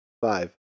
five